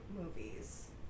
movies